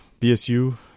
BSU